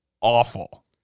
awful